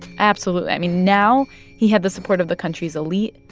absolutely. i mean, now he had the support of the country's elite,